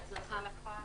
בהצלחה לך.